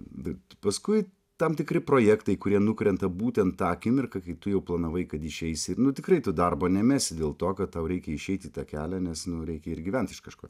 bet paskui tam tikri projektai kurie nukrenta būtent tą akimirką kai tu jau planavai kad išeisi nu tikrai tu darbo nemesi dėl to kad tau reikia išeit į tą kelią nes nu reikia ir gyvent iš kažko